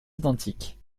identiques